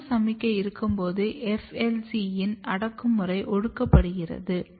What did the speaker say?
சரியான சமிக்ஞை இருக்கும்போது FLCயின் அடக்குமுறை ஒடுக்கப்படுகிறது